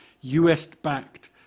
US-backed